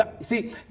See